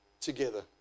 together